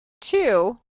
two